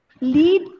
lead